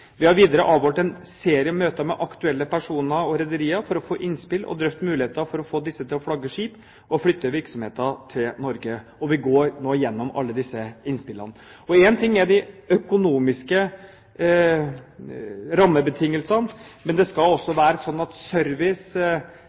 Vi har videre avholdt en serie møter med aktuelle personer og rederier for å få innspill og drøfte muligheter for å få disse til å flagge skip og flytte virksomheter til Norge. Vi går nå gjennom alle disse innspillene. Én ting er de økonomiske rammebetingelsene, men det skal også være slik at service,